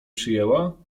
przyjęła